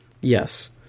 Yes